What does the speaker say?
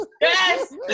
Yes